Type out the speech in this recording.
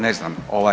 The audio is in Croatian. Ne znam.